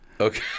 Okay